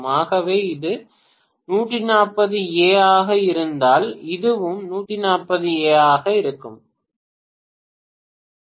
ஆகவே இது 140 ஆக இருந்தால் இதுவும் 140 ஆக இருக்க வேண்டும்